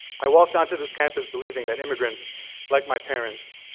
i walked on to this campus, believing that immigrants like my parents,